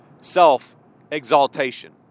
self-exaltation